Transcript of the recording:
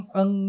ang